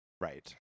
Right